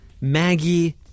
Maggie